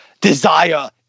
desire